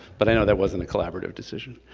but i know that wasn't a collaborative decision.